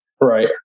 Right